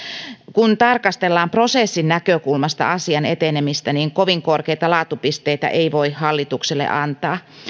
kun tarkastellaan prosessin näkökulmasta asian etenemistä niin kovin korkeita laatupisteitä ei voi hallitukselle antaa